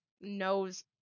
knows